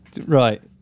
right